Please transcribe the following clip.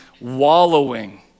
wallowing